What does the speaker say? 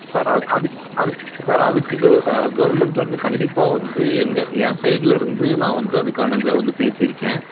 sir அ அதுக்கு அதுக்கு சார் அதுக்கு கவு கவுர்மெண்ட்லிருந்து கண்டிப்பாக வந்து எங்கள் என் சைட்லிருந்து நான் வந்து அதுக்கானதை வந்து பேசியிருக்கேன்